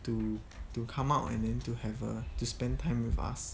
to to come out and then to have err to spend time with us